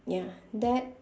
ya that